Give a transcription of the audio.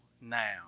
now